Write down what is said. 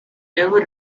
ever